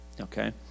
okay